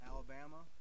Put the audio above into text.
Alabama